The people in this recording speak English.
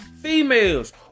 Females